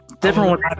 Different